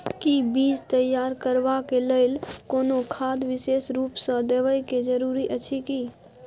कि बीज तैयार करबाक लेल कोनो खाद विशेष रूप स देबै के जरूरी अछि की?